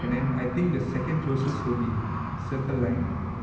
and then I think the second closest will be circle line